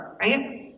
Right